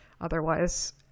Otherwise